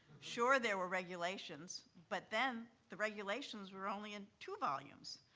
sure, there were regulations, but then the regulations were only in two volumes.